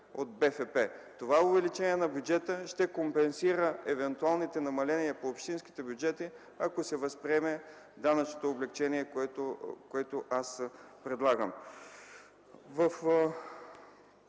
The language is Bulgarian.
продукт. Това увеличение на бюджета ще компенсира евентуалните намаления по общинските бюджети, ако се възприеме данъчното облекчение, което аз предлагам.